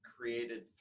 created